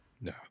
No